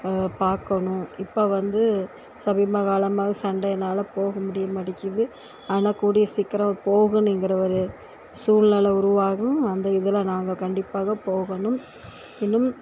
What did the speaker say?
பார்க்கணும் இப்போ வந்து சமீபகாலமாக சண்டைனால போகமுடிய மாட்டிக்குது ஆனால் கூடிய சீக்கிரம் போகணுங்கிற ஒரு சூழ்நெல உருவாகும் அந்த இதில் நாங்கள் கண்டிப்பாக போகணும் இன்னும்